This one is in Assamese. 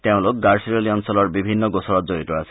তেওঁলোক গাড়চিৰলি অঞ্চলৰ বিভিন্ন গোচৰত জড়িত আছিল